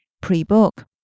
Pre-Book